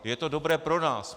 Je to dobré pro nás.